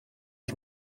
ich